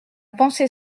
pensée